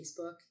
Facebook